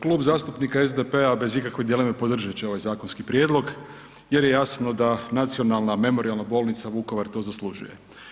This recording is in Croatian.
Klub zastupnika SDP-a bez ikakve dileme podržat će ovaj zakonski prijedlog jer je jasno da Nacionalna memorijalna bolnica Vukovar to zaslužuje.